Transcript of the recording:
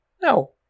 no